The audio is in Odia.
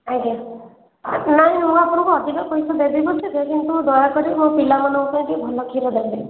ଆଜ୍ଞା ନାଇଁ ମୁଁ ଆପଣଙ୍କୁ ଅଧିକ ପଇସା ଦେବି ପଛକେ କିନ୍ତୁ ଦୟାକରି ମୋର ପିଲାମାନଙ୍କ ପାଇଁ ଟିକିଏ ଭଲ କ୍ଷୀର ଦେବେ